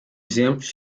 exemplos